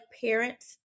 parents